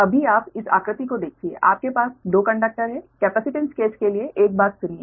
अभी आप इस आकृति को देखिए आपके पास 2 कंडक्टर हैं कैपेसिटेंस केस के लिए एक बात सुनिए